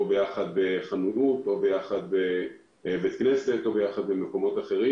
או האם נדבקו כשהיו ביחד בבית כנסת או מקומות אחרים.